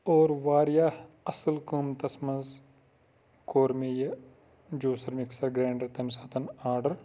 اور وارِیاہ اَصٕل قۭمتَس منٛز کٔر مےٚ یہِ جوسَر مِکسَر گِرَینڈَر تمہِ ساتہٕ آرڈَر